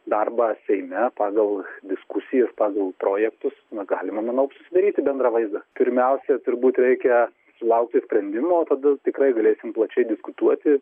darbą seime pagal diskusijas pagal projektus na galima manau susidaryti bendrą vaizdą pirmiausia turbūt reikia sulaukti sprendimo tada tikrai galėsim plačiai diskutuoti